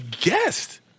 guest